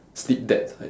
sleep that tight